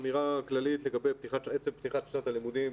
אמירה כללית לגבי עצם פתיחת שנת הלימודים,